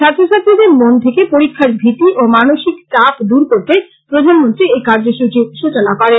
ছাত্র ছাত্রীদের মন থেকে পরীক্ষার ভীতি ও মানসিক চাপ দূর করতে প্রধানমন্ত্রী এই কার্যসূচীর সূচনা করেন